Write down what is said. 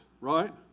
right